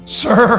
sir